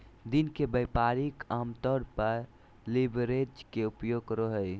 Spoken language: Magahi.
दिन के व्यापारी आमतौर पर लीवरेज के उपयोग करो हइ